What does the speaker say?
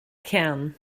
kern